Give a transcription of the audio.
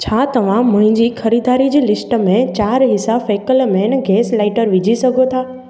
छा तव्हां मुंहिंजी खरीदारी जी लिस्ट में चारि हिस्सा फैकेलमेन गैस लाइटर विझी सघो था